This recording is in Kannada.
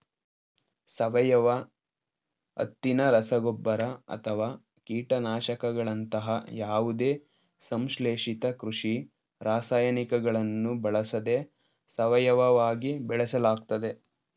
ಸಾವಯವ ಹತ್ತಿನ ರಸಗೊಬ್ಬರ ಅಥವಾ ಕೀಟನಾಶಕಗಳಂತಹ ಯಾವುದೇ ಸಂಶ್ಲೇಷಿತ ಕೃಷಿ ರಾಸಾಯನಿಕಗಳನ್ನು ಬಳಸದೆ ಸಾವಯವವಾಗಿ ಬೆಳೆಸಲಾಗ್ತದೆ